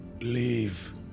Leave